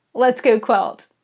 let's go quilt!